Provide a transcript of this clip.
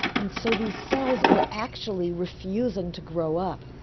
and so these cells are actually refusing to grow up.